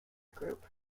group